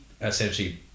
essentially